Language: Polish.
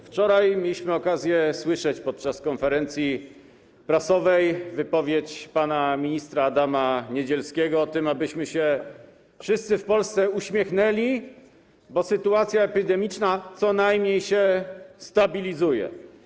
Wczoraj mieliśmy okazję słyszeć podczas konferencji prasowej wypowiedź pana ministra Adama Niedzielskiego o tym, abyśmy wszyscy w Polsce się uśmiechnęli, bo sytuacja epidemiczna co najmniej się stabilizuje.